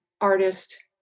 artist